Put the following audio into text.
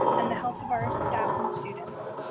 and the health of our staff and students.